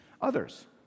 others